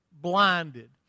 blinded